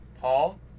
Paul